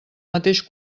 mateix